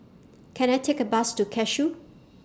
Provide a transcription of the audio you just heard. Can I Take A Bus to Cashew